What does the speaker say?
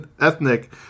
ethnic